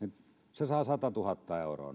se sai satatuhatta euroa